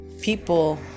people